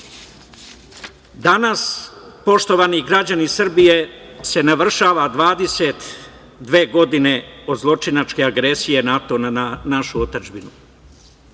poštovani građani Srbije se navršava 22 godine od zločinačke agresije NATO na našu otadžbinu.